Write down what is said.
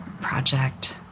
project